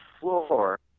floor